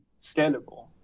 scalable